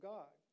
God